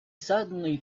suddenly